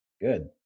good